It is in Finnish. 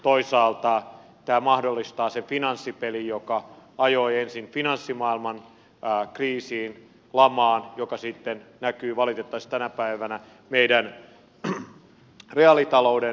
toisaalta tämä mahdollistaa sen finanssipelin joka ajoi ensin finanssimaailman kriisiin lamaan joka sitten näkyy valitettavasti tänä päivänä meidän reaalitalouden lamana